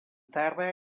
terra